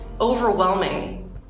overwhelming